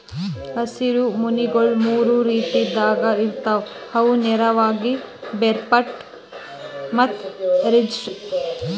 ಹಸಿರು ಮನಿಗೊಳ್ ಮೂರು ರೀತಿದಾಗ್ ಇರ್ತಾವ್ ಅವು ನೇರವಾದ, ಬೇರ್ಪಟ್ಟ ಮತ್ತ ರಿಡ್ಜ್